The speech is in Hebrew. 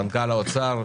מנכ"ל משרד האוצר,